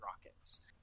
rockets